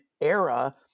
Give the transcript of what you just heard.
era